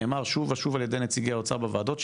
נאמר שוב ושוב ע"י נציגי האוצר בוועדות,